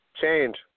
Change